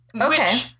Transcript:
Okay